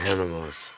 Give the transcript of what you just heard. Animals